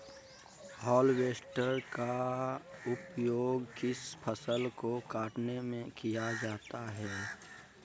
Harvester का उपयोग किस फसल को कटने में किया जाता है?